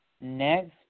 next